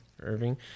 irving